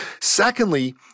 Secondly